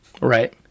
Right